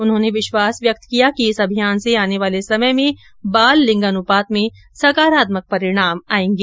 उन्होंने विश्वास व्यक्त किया कि इस अभियान से आने वाले समय में बाल लिंगानुपात में सकारात्मक परिणाम आएंगे